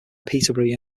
peterborough